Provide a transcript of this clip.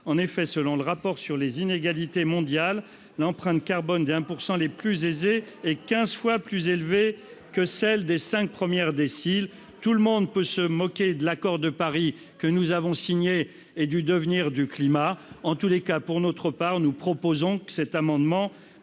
En effet, selon le rapport sur les inégalités mondiales, l'empreinte carbone des 1 % les plus aisés est quinze fois plus élevée que celle des cinq premiers déciles. Tout le monde peut se moquer de l'accord de Paris que nous avons signé et du devenir du climat. Pour notre part, nous proposons, avec cet amendement,